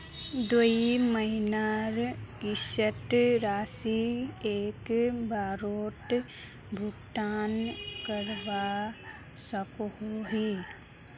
दुई महीनार किस्त राशि एक बारोत भुगतान करवा सकोहो ही?